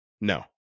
no